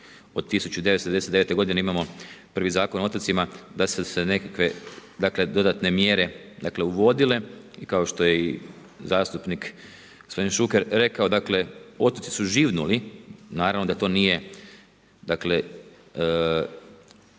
od 1999. g. imamo prvi Zakon o otocima, da su se nekakve dodatne mjere uvodile i kao što je i zastupnik gospodin Šuker rekao, dakle otoci su živnuli, naravno da nije